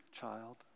child